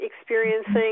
experiencing